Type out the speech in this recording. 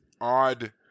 odd